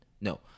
No